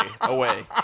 Away